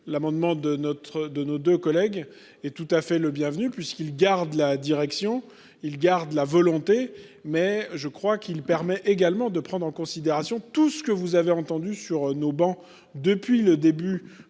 de notre, de nos deux collègues et tout à fait le bienvenu puisqu'il garde la direction. Il garde la volonté mais je crois qu'il permet également de prendre en considération tout ce que vous avez entendu sur nos bancs. Depuis le début